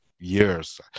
Years